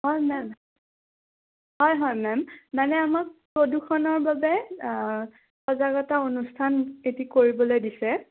হয় মেম হয় হয় মেম মানে আমাক প্ৰদূষণৰ বাবে সজাগতা অনুষ্ঠান এটি কৰিবলৈ দিছে